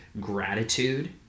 gratitude